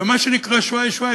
ומה שנקרא "שוואיה שוואיה",